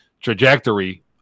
trajectory